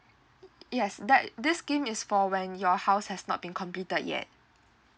yes that this scheme is for when your house has not been completed yet